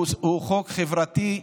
הוא חוק חברתי.